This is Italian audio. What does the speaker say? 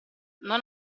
non